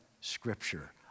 Scripture